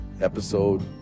episode